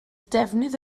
defnydd